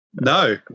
No